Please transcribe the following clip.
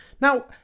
Now